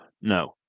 no